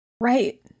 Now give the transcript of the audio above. right